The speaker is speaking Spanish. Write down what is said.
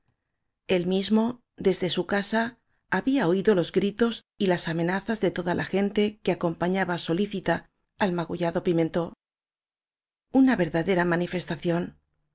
el mismo desde su casa había oído los gritos y las amenazas de toda la gente que acompañaba solícita al magu llado pimentb una verdadera manifestación